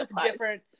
different